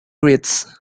grids